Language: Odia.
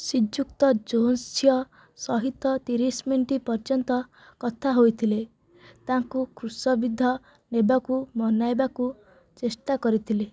ଶ୍ରୀଯୁକ୍ତ ଜୋନ୍ସ ଝିଅ ସହିତ ତିରିଶ ମିନିଟ ପର୍ଯ୍ୟନ୍ତ କଥା ହୋଇଥିଲେ ତାଙ୍କୁ କ୍ରୁଶବିଦ୍ଧ ନେବାକୁ ମନାଇବାକୁ ଚେଷ୍ଟା କରିଥିଲେ